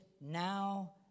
now